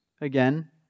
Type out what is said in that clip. again